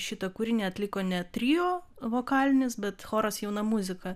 šitą kūrinį atliko ne trio vokalinis bet choras jauna muzika